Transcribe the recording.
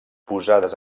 posades